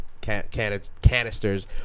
canisters